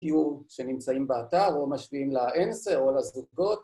‫היו שנמצאים באתר ‫או משווים לאנסר או לזוגות.